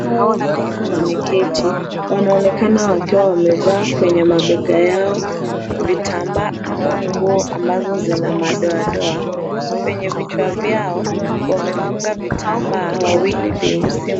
Wanawake watatu wameketi, wanaonekana wakiwa wamevaa kwenye mabega yao vitambaa ama nguo ambazo zina madoadoa kwenye vichwa vyao wamefunga vitambaa, wawili vyeusi,